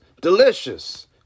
delicious